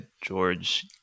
George